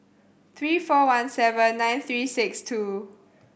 three four one seven nine three six two